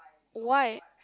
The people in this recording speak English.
why